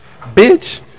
Bitch